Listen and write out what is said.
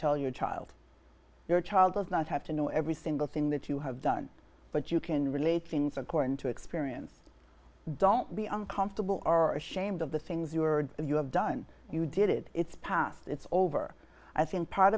tell your child your child does not have to know every single thing that you have done but you can relate things according to experience don't be uncomfortable or ashamed of the things you heard you have done you did it's past it's over as in part